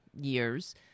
years